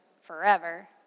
forever